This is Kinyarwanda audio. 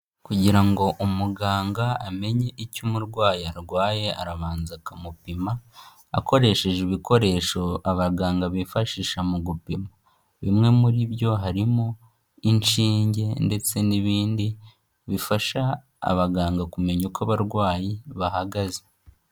Kugira ngo umuganga amenye icyo umurwayi arwaye arabanza akamupima, akoresheje ibikoresho abaganga bifashisha mu gupima, bimwe muri byo harimo inshinge ndetse n'ibindi bifasha abaganga kumenya uko abarwayi bahagaze.